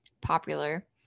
popular